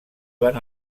van